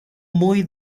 muy